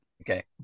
Okay